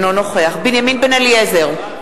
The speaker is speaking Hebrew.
אינו נוכח בנימין בן-אליעזר,